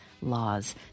laws